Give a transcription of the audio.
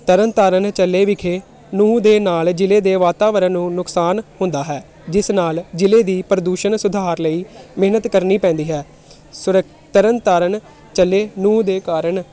ਤਰਨਤਾਰਨ ਜ਼ਿਲ੍ਹੇ ਵਿਖੇ ਦੇ ਨਾਲ ਜ਼ਿਲ੍ਹੇ ਦੇ ਵਾਤਾਵਰਨ ਨੂੰ ਨੁਕਸਾਨ ਹੁੰਦਾ ਹੈ ਜਿਸ ਨਾਲ ਜ਼ਿਲ੍ਹੇ ਦੀ ਪ੍ਰਦੂਸ਼ਣ ਸੁਧਾਰ ਲਈ ਮਿਹਨਤ ਕਰਨੀ ਪੈਂਦੀ ਹੈ ਸੁਰੱਖ ਤਰਨਤਾਰਨ ਜ਼ਿਲ੍ਹੇ ਦੇ ਕਾਰਨ